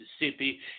Mississippi